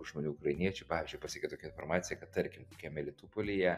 žmonių ukrainiečių pavyzdžiui pasiekė tokia informacija kad tarkim kemelitupolyje